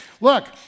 Look